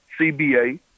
CBA